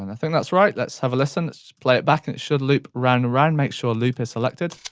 and think that's right, let's have a listen. let's just play it back and it should loop round and round. make sure loop is selected.